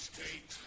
State